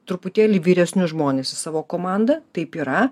truputėlį vyresnius žmones į savo komanda taip yra